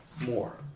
more